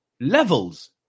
Levels